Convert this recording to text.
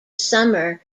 summer